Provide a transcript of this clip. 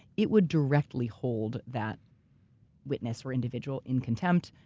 it would directly hold that witness or individual in contempt,